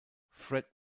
fred